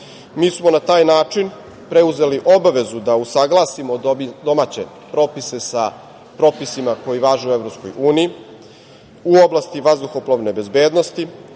Mi smo na taj način preuzeli obavezu da usaglasimo domaće propise sa propisima koji važe u Evropskoj uniji u oblasti vazduhoplovne bezbednosti,